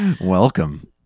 Welcome